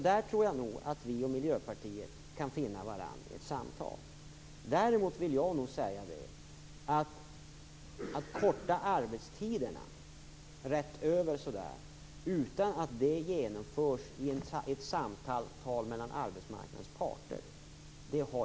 Där tror jag nog att vi och Miljöpartiet kan finna varandra i ett samtal. Däremot vill jag nog säga att jag har litet svårt att se möjligheten att korta arbetstiderna rätt över utan att det genomförs i ett samtal mellan arbetsmarknadens parter.